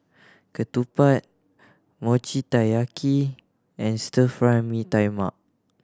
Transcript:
ketupat Mochi Taiyaki and Stir Fry Mee Tai Mak